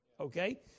okay